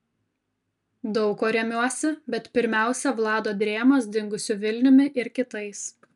daug kuo remiuosi bet pirmiausia vlado drėmos dingusiu vilniumi ir kitais